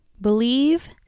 Believe